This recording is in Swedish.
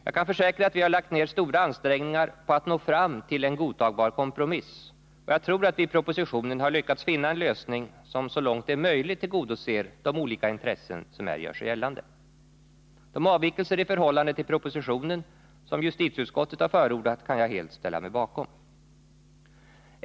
Jag kan försäkra att vi har lagt ner stora ansträngningar på att nå fram till en godtagbar kompromiss, och jag tror att vi i propositionen har lyckats finna en lösning som så långt det är möjligt tillgodoser de olika intressen som här gör sig gällande. De avvikelser i förhållande till propositionen som justitieutskottet har förordat kan jag helt ställa mig bakom.